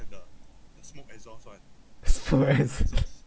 smoke and